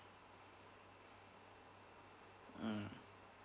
mm